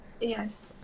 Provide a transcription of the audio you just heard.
yes